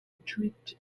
treat